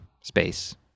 space